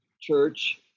church